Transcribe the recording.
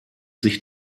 sich